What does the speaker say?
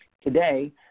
Today